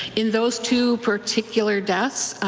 in those two particular deaths,